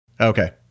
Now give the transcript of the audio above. okay